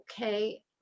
okay